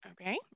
Okay